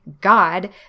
God